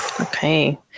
Okay